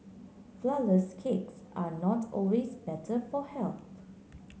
flourless cakes are not always better for health